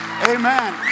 Amen